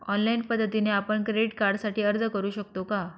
Online पद्धतीने आपण credit कार्डसाठी अर्ज करु शकतो का?